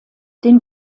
den